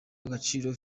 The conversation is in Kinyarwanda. agaciro